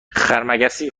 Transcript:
خرمگسی